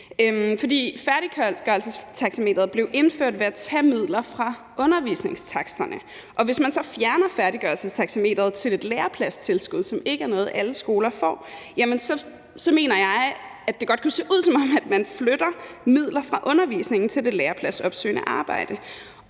Færdiggørelsestaxameteret blev indført ved at tage midler fra undervisningstaksterne, og hvis man så fjerner færdiggørelsestaxameteret til et lærepladstilskud, som ikke er noget, alle skoler får, så mener jeg, at det godt kunne se ud, som om man flytter midler fra undervisningen til det lærepladsopsøgende arbejde,